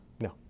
No